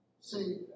See